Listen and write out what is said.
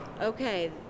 okay